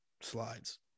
slides